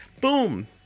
boom